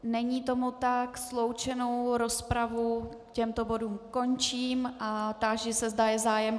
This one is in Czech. Není tomu tak, sloučenou rozpravu k těmto bodům končím a táži se, zda je zájem....